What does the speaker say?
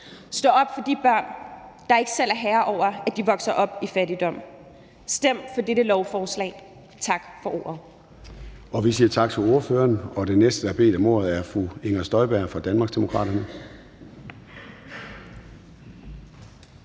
Stå op for de børn, der ikke selv er herrer over, at de vokser op i fattigdom. Stem for dette lovforslag. Tak for ordet.